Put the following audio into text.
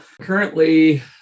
currently